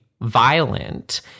violent